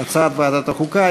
הצעת ועדת החוקה,